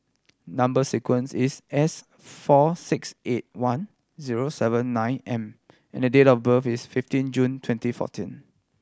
number sequence is S four six eight one zero seven nine M and date of birth is fifteen June twenty fourteen